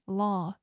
law